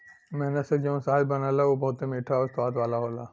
मेहनत से जौन शहद बनला उ बहुते मीठा आउर स्वाद वाला होला